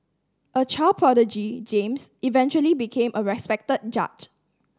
a child prodigy James eventually became a respected judge